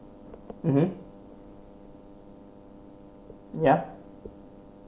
mmhmm ya